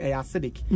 acidic